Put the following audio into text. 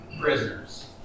prisoners